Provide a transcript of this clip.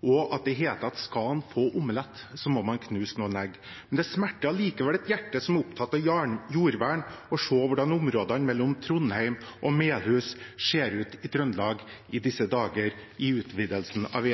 og at det heter at skal en få omelett, må en knuse noen egg. Men det smerter allikevel et hjerte som er opptatt av jordvern, å se hvordan områdene mellom Trondheim og Melhus i Trøndelag ser ut i disse dager, med utvidelsen av